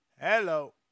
Hello